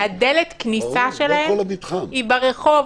שדלת הכניסה שלהם היא ברחוב.